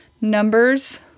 Numbers